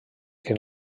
que